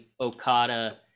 Okada